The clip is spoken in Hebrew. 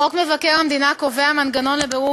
חוק מבקר המדינה קובע מנגנון לבירור